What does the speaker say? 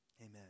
Amen